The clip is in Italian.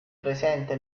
presente